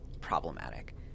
problematic